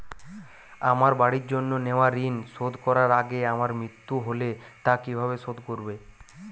আমার বাড়ির জন্য নেওয়া ঋণ শোধ করার আগে আমার মৃত্যু হলে তা কে কিভাবে শোধ করবে?